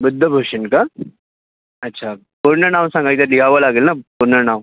बुद्धभूषण का अच्छा पूर्ण नाव सांगा इथे लिहावं लागेल ना पूर्ण नाव